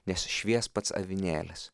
nes švies pats avinėlis